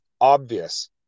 obvious